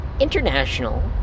international